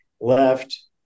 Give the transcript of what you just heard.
left